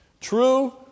True